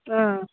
ಹಾಂ